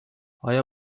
آیا